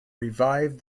revived